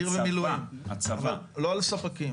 סדיר ומילואים, אבל לא על ספקים.